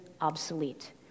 obsolete